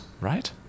right